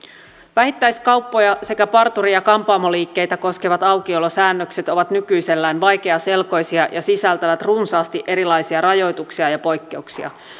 vähittäiskauppoja sekä parturi ja kampaamoliikkeitä koskevat aukiolosäännökset ovat nykyisellään vaikeaselkoisia ja sisältävät runsaasti erilaisia rajoituksia ja poikkeuksia